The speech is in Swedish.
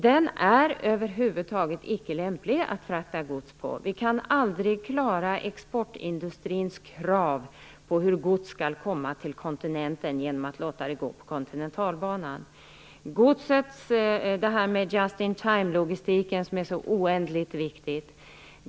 Denna bana är över huvud taget icke lämplig att frakta gods på. Vi kan aldrig klara exportindustrins krav på hur gods skall komma till kontinenten genom att låta godset gå på Kontinentalbanan. Godsets just in timelogistik är oändligt viktig.